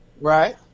Right